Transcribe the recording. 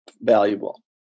valuable